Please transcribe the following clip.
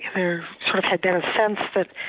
there had been a sense that